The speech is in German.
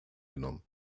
genommen